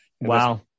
Wow